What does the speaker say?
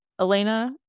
Elena